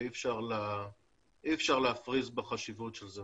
אי אפשר להפריז בחשיבות של זה.